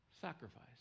sacrifice